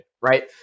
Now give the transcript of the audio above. right